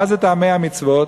מה זה טעמי המצוות?